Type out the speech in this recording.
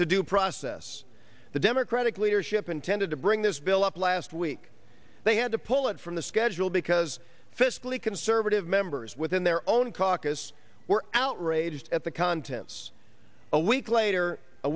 to due process the democratic leadership intended to bring this bill up last week they had to pull it from the schedule because fiscally conservative members within their own caucus were outraged at the contents a week later a